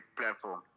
platform